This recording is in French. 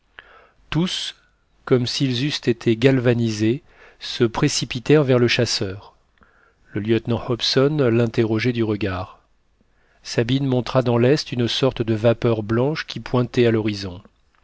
tous comme s'ils eussent été galvanisés se précipitèrent vers le chasseur le lieutenant hobson l'interrogeait du regard sabine montra dans l'est une sorte de vapeur blanche qui pointait à l'horizon